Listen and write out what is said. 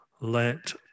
let